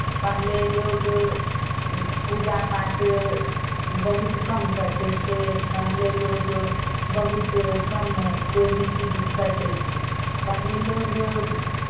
पहले लोग पूजा पाठ बहुत कम करते थे पहले लोग बहुत कम कोई भी चीज़ करते थे पहले लोग